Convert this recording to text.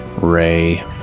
ray